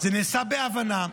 זה נעשה בהבנה,